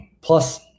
Plus